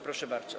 Proszę bardzo.